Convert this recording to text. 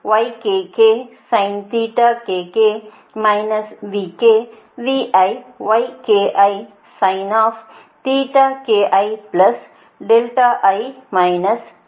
அதாவது